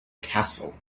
castle